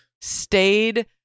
stayed